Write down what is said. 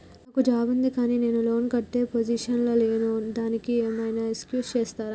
నాకు జాబ్ ఉంది కానీ నేను లోన్ కట్టే పొజిషన్ లా లేను దానికి ఏం ఐనా ఎక్స్క్యూజ్ చేస్తరా?